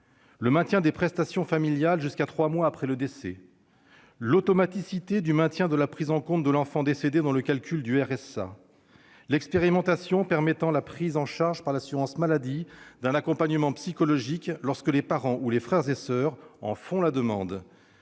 le maintien des prestations familiales jusqu'à trois mois après le décès ; l'automaticité du maintien de la prise en compte de l'enfant décédé dans le calcul du RSA ; l'expérimentation permettant la prise en charge par l'assurance maladie d'un accompagnement psychologique lorsque les parents ou les frères et soeurs en font la demande